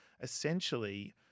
essentially